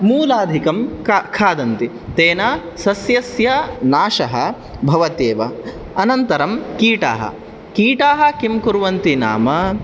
मूलाधिकं खा खादन्ति तेन सस्यस्य नाशः भवत्येव अनन्तरं कीटाः कीटाः किं कुर्वन्ति नाम